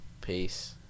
Peace